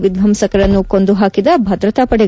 ವಿಧ್ಯಂಸಕರನ್ನು ಕೊಂದು ಹಾಕಿದ ಭದ್ರತಾ ಪಡೆಗಳು